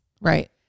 Right